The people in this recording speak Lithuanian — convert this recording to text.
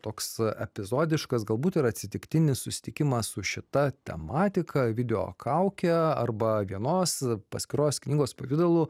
toks epizodiškas galbūt ir atsitiktinis susitikimas su šita tematika videokauke arba vienos paskiros knygos pavidalu